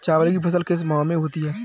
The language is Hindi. चावल की फसल किस माह में होती है?